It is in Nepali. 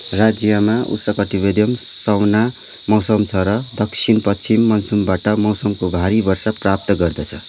राज्यमा उष्णकटिबन्धीय सवान्ना मौसम छ र दक्षिण पश्चिम मनसुनबाट मौसमको भारी वर्षा प्राप्त गर्दछ